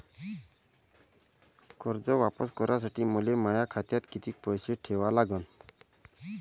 कर्ज वापिस करासाठी मले माया खात्यात कितीक पैसे ठेवा लागन?